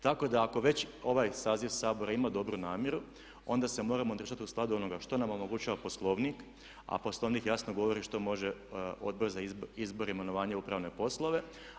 Tako da ako već ovaj saziv Sabora ima dobru namjeru onda se moramo držati u skladu onoga što nam omogućava Poslovnik a Poslovnik jasno govori što može Odbor za izbor i imenovanje i pravne poslove.